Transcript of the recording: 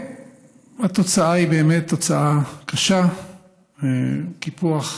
והתוצאה היא באמת תוצאה קשה, קיפוח חיים,